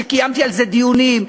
שקיימתי על זה דיונים,